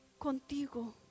contigo